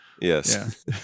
Yes